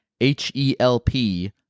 H-E-L-P